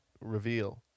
reveal